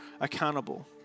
accountable